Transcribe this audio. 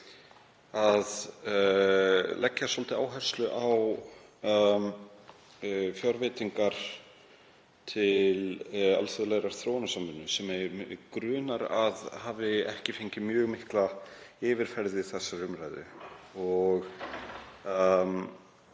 að leggja áherslu á fjárveitingar til alþjóðlegrar þróunarsamvinnu sem mig grunar að ekki hafi fengið mjög mikla yfirferð í þessari umræðu.